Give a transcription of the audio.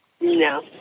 No